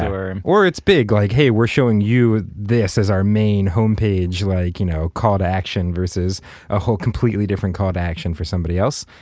or it's big, like, hey, we're showing you this as our main homepage. like you know call to action versus a whole completely different call to action for somebody else.